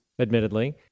admittedly